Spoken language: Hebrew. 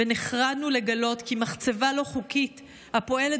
ונחרדנו לגלות כי מחצבה לא חוקית הפועלת